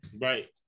right